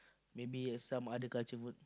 maybe some other country food